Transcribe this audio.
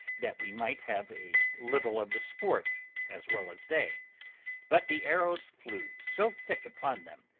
that we might have a little of the sport as well as they but the arrows flew so thick upon them,